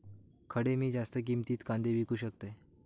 खडे मी जास्त किमतीत कांदे विकू शकतय?